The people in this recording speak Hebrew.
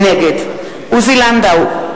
נגד עוזי לנדאו,